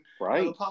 Right